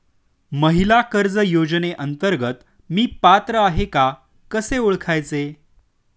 महिला कर्ज योजनेअंतर्गत मी पात्र आहे का कसे ओळखायचे?